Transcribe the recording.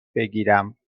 بگیرم